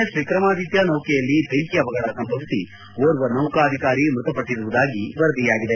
S Vikramaditya ನೌಕೆಯಲ್ಲಿ ಬೆಂಕಿ ಅವಗಢ ಸಂಭವಿಸಿ ಓರ್ವ ನೌಕಾ ಅಧಿಕಾರಿ ಮೃತಪಟ್ಟರುವುದಾಗಿ ವರದಿಯಾಗಿದೆ